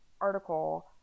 article